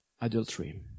adultery